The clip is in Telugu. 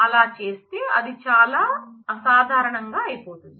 అలా చేస్తే అది చాలా అసాధారణంగా అయిపోతుంది